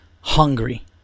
hungry